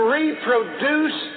reproduce